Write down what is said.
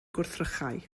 gwrthrychau